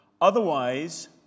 Otherwise